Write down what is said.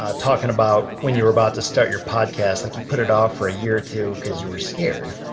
ah talking about when you were about to start your podcast. like you put it off for a year or two cause you were scared.